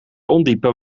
ondiepe